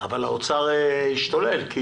כן, אבל האוצר ישתולל כי